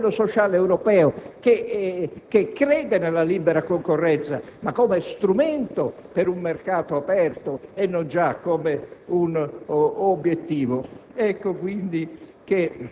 inoltre, che il principio di libera concorrenza è uno strumento e non un obiettivo ha rappresentato una presa di posizione contro l'idea